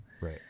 Right